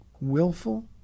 willful